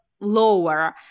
lower